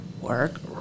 work